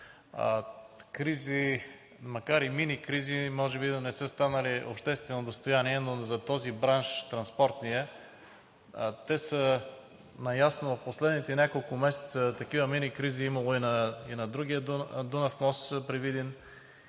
макар и миникризи, може би и да не са станали обществено достояние, но за този бранш – транспортния, те са наясно. В последните няколко месеца такива миникризи е имало и на другия Дунав мост при Видин.